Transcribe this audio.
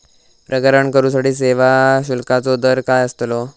प्रकरण करूसाठी सेवा शुल्काचो दर काय अस्तलो?